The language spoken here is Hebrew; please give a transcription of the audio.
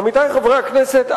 עמיתי חברי הכנסת,